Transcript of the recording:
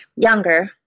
younger